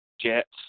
Jets